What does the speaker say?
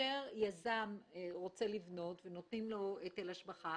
כאשר יזם רוצה לבנות ונותנים לו היטל השבחה